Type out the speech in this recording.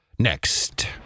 Next